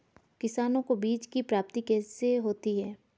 किसानों को बीज की प्राप्ति कैसे होती है?